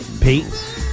Pete